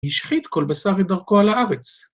השחית כל בשר את דרכו על הארץ.